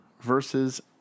versus